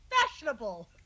fashionable